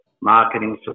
marketing